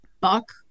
buck